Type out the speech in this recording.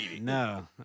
No